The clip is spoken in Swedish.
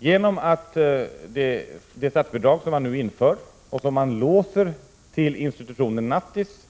Genom att det statsbidrag som nu införs låses till institutionen nattis